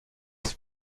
its